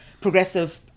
progressive